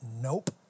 Nope